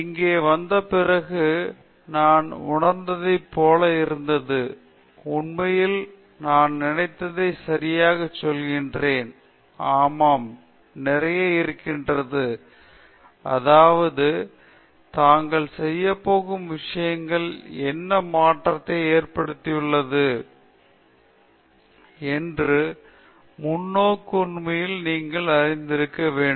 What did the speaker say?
இங்கே வந்த பிறகு நான் உணர்ந்ததைப் போல் இருந்தது உண்மையில் நான் நினைத்ததை சரியாகச் சொன்னேன் ஆமாம் நிறைய இருக்கிறது அதாவது தாங்கள் செய்யப்போகும் விஷயங்கள் என்ன மாற்றத்தை ஏற்படுத்தியுள்ளது என்றும் முன்னோக்கு உண்மையில் நீங்கள் அறிந்திருக்க வேண்டும்